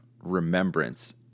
remembrance